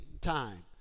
time